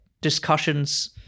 discussions